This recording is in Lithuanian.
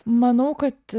manau kad